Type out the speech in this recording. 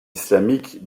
islamique